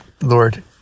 Lord